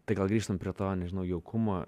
tai gal grįžtam prie to nežinau jaukumo